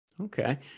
Okay